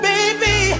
Baby